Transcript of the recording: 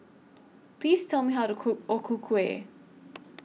Please Tell Me How to Cook O Ku Kueh